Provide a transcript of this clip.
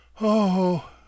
Oh